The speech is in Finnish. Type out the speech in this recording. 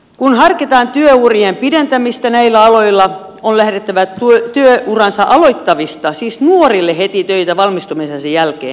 kun harkitaan työurien pidentämistä näillä aloilla on lähdettävä työuransa aloittavista siis nuorille heti töitä valmistumisen jälkeen